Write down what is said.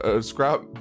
scrap